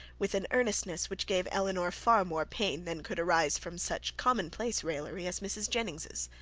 with an earnestness which gave elinor far more pain than could arise from such common-place raillery as mrs. jennings's.